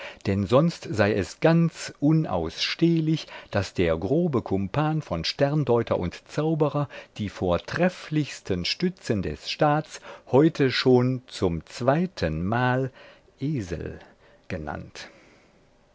denn sonst sei es ganz unausstehlich daß der grobe kumpan von sterndeuter und zauberer die vortrefflichsten stützen des staats heute schon zum zweitenmal esel genannt